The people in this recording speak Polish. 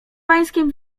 pańskim